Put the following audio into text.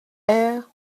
air